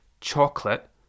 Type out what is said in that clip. Chocolate